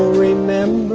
remember